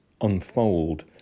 unfold